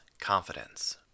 confidence